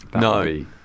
No